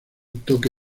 toque